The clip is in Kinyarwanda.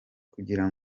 kugira